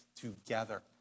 together